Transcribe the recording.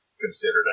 considered